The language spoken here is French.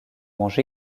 mange